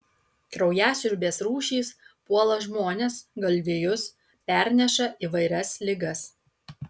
kraujasiurbės rūšys puola žmones galvijus perneša įvairias ligas